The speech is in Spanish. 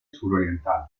suroriental